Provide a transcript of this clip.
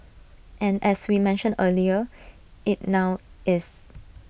and as we mentioned earlier IT now is